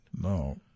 No